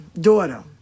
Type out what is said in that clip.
daughter